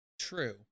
true